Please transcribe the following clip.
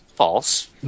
false